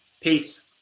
Peace